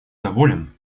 доволен